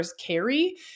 carry